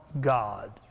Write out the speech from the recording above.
God